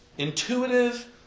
intuitive